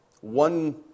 One